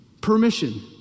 Permission